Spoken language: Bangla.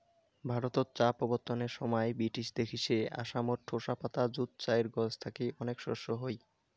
ভারতত চা প্রবর্তনের সমাই ব্রিটিশ দেইখছে আসামত ঢোসা পাতা যুত চায়ের গছ থাকি অনেক শস্য হই